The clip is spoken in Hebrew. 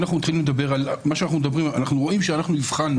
הבחנו